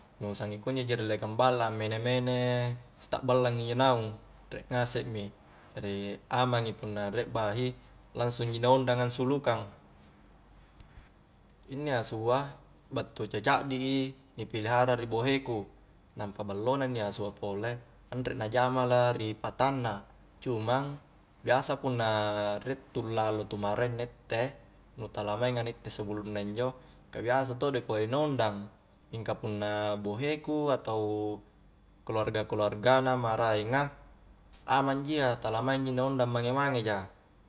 Nu sanging kunjo ji riellekang balla a mene-mene sitakballang injo naung riek ngasek mi jari amangi punna riek bahi langsung ji na ondanng ansulukang inni asua battu ca'caddi i ni pilihara ri boheku nampa ballo na inni asua pole anre na jamala ri patanna, cumang biasa punna riek tu lallo tu maraeng na itte nu tala mainga na itte sebelumna injo ka biasa todo i pole na ondang, mingka punna bohe ku atau keluarga-keluargana maraenga amang ji iya tala maing ji na ondang mange-mange ja